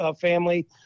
family